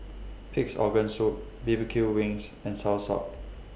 Pig'S Organ Soup B B Q Chicken Wings and Soursop